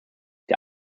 der